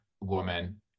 woman